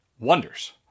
Wonders